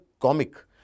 comic